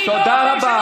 תודה רבה.